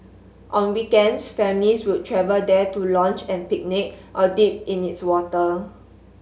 on weekends families would travel there to lounge and picnic or dip in its water